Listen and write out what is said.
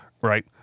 Right